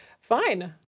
Fine